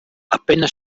appena